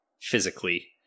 physically